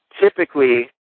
Typically